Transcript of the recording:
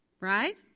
right